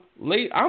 late